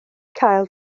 cael